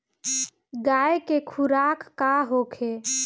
गाय के खुराक का होखे?